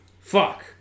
Fuck